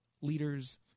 leaders